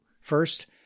First